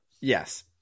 Yes